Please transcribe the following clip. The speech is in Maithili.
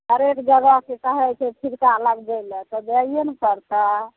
हरेक जगहके कहै छै फिरका लगबै लए तऽ जाइए ने पड़तै